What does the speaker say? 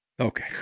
Okay